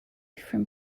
from